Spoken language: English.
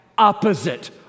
Opposite